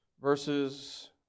verses